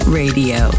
radio